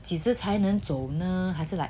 几时才能走呢还是 like